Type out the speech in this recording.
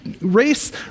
race